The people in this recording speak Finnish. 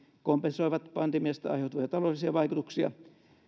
kompensoivat pandemiasta aiheutuvia taloudellisia vaikutuksia